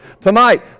Tonight